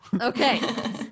Okay